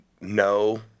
No